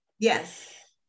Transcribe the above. Yes